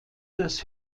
das